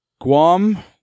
Guam